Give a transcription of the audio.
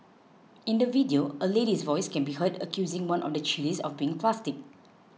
in the video a lady's voice can be heard accusing one of the chillies of being plastic